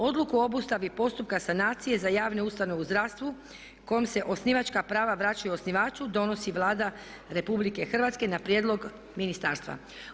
Odluku o obustavi postupka sanacije za javne ustanove u zdravstvu s kojom se osnivačka prava vraćaju osnivaču donosi Vlada RH na prijedlog ministarstva.